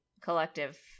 collective